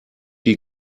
die